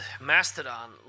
Mastodon